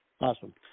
awesome